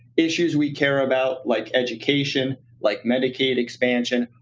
issues we care about, like education, like medicaid expansion,